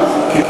היום?